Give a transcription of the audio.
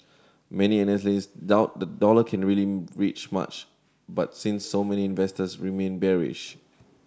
many analysts doubt the dollar can rally reach much but since so many investors remain bearish